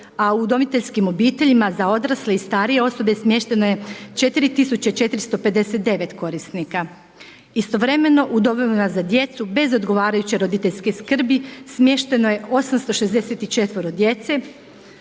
a u udomiteljskim obiteljima za odrasle i starije osobe smješteno je 4.459 korisnika. Istovremeno u domovima za djecu bez odgovarajuće roditeljske skrbi smješteno je 864 djece.